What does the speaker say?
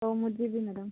ହଉ ମୁଁ ଯିବି ମ୍ୟାଡ଼ାମ୍